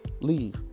Leave